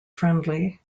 friendly